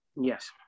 Yes